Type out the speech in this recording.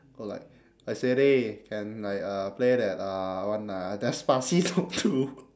go like !oi! siri can like uh play that uh one ah despacito two